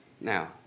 Now